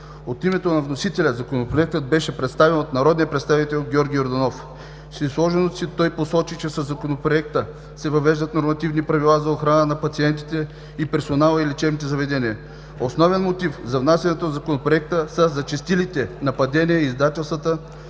От името на вносителя Законопроектът беше представен от народния представител Георги Йорданов. В изложението си той посочи, че със Законопроекта се въвеждат нормативни правила за охрана на пациентите и персонала в лечебните заведения. Основен мотив за внасянето на Законопроекта са зачестилите нападения и издевателства